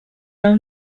now